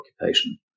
occupation